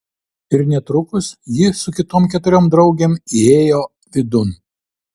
ir netrukus ji su kitom keturiom draugėm įėjo vidun